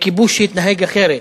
מכיבוש שיתנהג אחרת,